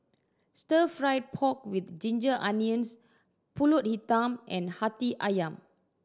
Stir Fried Pork With Ginger Onions Pulut Hitam and Hati Ayam